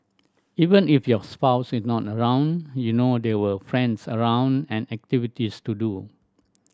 even if your spouse is not around you know there were friends around and activities to do